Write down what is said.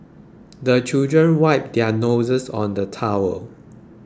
the children wipe their noses on the towel